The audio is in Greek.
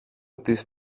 τις